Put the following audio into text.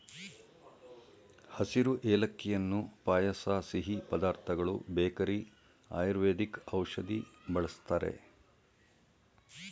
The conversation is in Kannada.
ಹಸಿರು ಏಲಕ್ಕಿಯನ್ನು ಪಾಯಸ ಸಿಹಿ ಪದಾರ್ಥಗಳು ಬೇಕರಿ ಆಯುರ್ವೇದಿಕ್ ಔಷಧಿ ಬಳ್ಸತ್ತರೆ